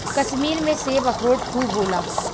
कश्मीर में सेब, अखरोट खूब होला